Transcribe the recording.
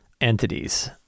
entities